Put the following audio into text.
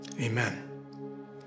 amen